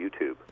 YouTube